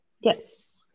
yes